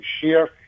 share